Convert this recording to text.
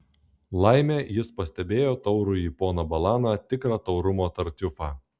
laimė jis pastebėjo taurųjį poną balaną tikrą taurumo tartiufą